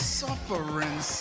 suffering